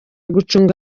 gucunga